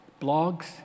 blogs